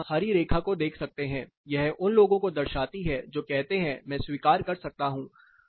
आप यहां हरी रेखा को देखते हैं यह उन लोगों को दर्शाती है जो कहते हैं मैं स्वीकार कर सकता हूं